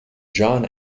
john